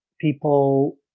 people